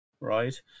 right